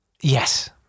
Yes